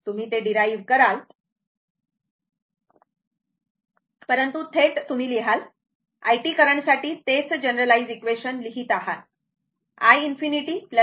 तुम्ही ते डिराइव्ह कराल परंतु थेट तुम्ही लिहाल i t करंटसाठी तेच जनरलाईज इक्वेशन लिहीत आहात